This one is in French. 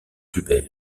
hubert